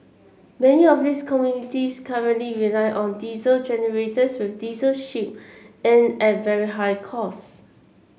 many of these communities currently rely on diesel generators with diesel shipped and a very high cost